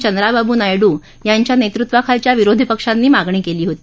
चंद्राबाब् नायडू यांच्या नेतृत्वाखाली विरोधी पक्षांनी अशी मागणी केली होती